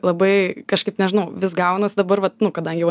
labai kažkaip nežinau vis gaunas dabar vat nu kadangi jau